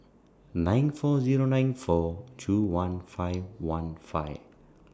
nine four Zero nine four two one five one five